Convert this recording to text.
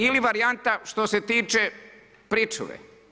Ili varijanta što se tiče pričuve.